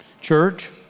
Church